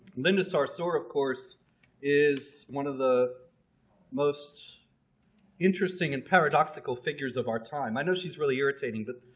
linda sarsour of course is one of the most interesting and paradoxical figures of our time i know she's really irritating but